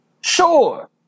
Sure